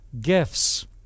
gifts